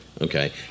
okay